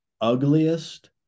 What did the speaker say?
ugliest